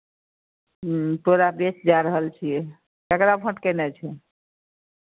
ह्म्म पूरा देश जा रहल छियै ककरा भोट कयनाइ छै